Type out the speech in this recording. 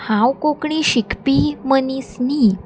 हांव कोंकणी शिकपी मनीस न्ही